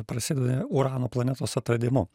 prasideda urano planetos atradimu